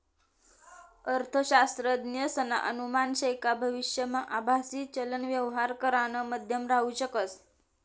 अर्थशास्त्रज्ञसना अनुमान शे का भविष्यमा आभासी चलन यवहार करानं माध्यम राहू शकस